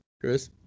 Chris